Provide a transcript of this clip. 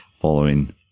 following